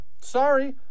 sorry